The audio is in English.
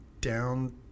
down